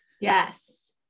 yes